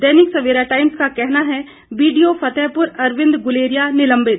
दैनिक Savera times का कहना है बीडीओ फतेहपुर अरविंद गुलेरिया निलंबित